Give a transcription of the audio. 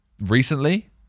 Recently